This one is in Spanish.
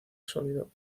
sólido